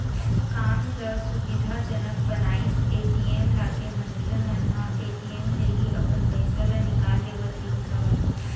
काम ल सुबिधा जनक बनाइस ए.टी.एम लाके मनखे मन ह ए.टी.एम ले ही अपन पइसा ल निकाल लेवत रिहिस हवय